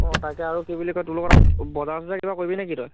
অঁ তাকে আৰু কি বুলি কয় তোৰ লগত আৰু বজাৰ চজাৰ কিবা কৰিবি নেকি তই